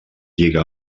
lliga